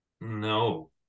No